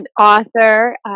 author